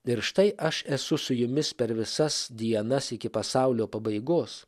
ir štai aš esu su jumis per visas dienas iki pasaulio pabaigos